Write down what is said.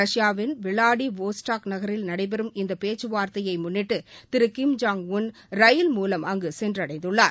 ரஷ்யாவின் Vladivostok நகரில் நடைபெறும் இந்த பேச்சுவார்தையை முன்னிட்டு திரு கிம் ஜோங் உன் ரயில் மூலம் அங்கு சென்றடைந்துள்ளார்